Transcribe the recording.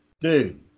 dude